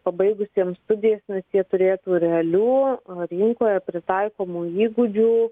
pabaigusiems studijas nes jie turėtų realių rinkoje pritaikomų įgūdžių